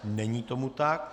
Není tomu tak.